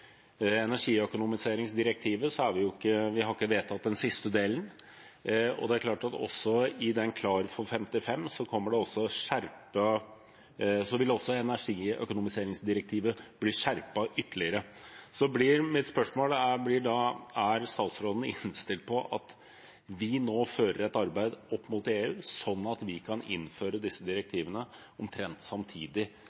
energiøkonomiseringsdirektivet, har vi ikke vedtatt den siste delen, og det er klart at i Klar for 55 vil også energiøkonomiseringsdirektivet bli skjerpet ytterligere. Mitt spørsmål blir da: Er statsråden innstilt på at vi nå fører et arbeid opp mot EU sånn at vi kan innføre disse